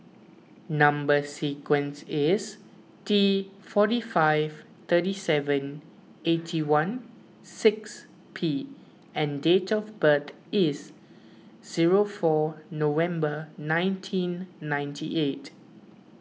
Number Sequence is T forty five thirty seven eighty one six P and date of birth is zero four November nineteen ninety eight